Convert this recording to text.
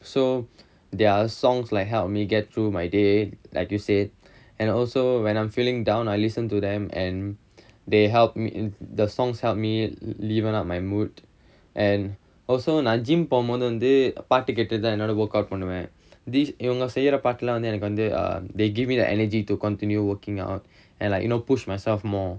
so there are songs like help me get through my day like you said and also when I'm feeling down I listen to them and they helped me in the songs helped me liven up my mood and also நா:naa gym போம்போது வந்து பாட்டு கேட்டுதான் என்னோட:pompothu vanthu paattu kettuthaan ennoda workout பண்ணுவேன்:pannuvaen these இவங்க செய்யற பாட்டெல்லாம் வந்து:ivanga seiyara paattellaam vanthu they give me the energy to continue working out and like you know push myself more